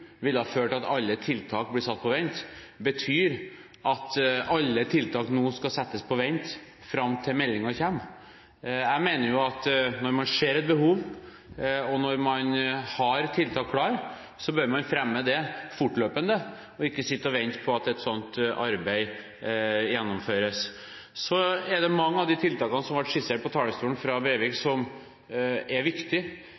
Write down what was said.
ville ha ført til at alle tiltak ble satt på vent, betyr at alle tiltak nå skal settes på vent fram til meldingen kommer. Jeg mener at når man ser et behov, og når man har tiltak klare, bør man fremme dem fortløpende og ikke sitte og vente på at et sånt arbeid gjennomføres. Mange av de tiltakene som ble skissert av Breivik på talerstolen,